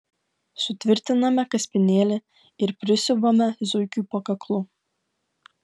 sutvirtiname kaspinėlį ir prisiuvame zuikiui po kaklu